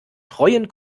treuen